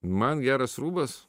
man geras rūbas